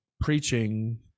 preaching